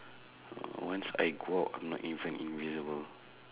once I go out means I'm invisible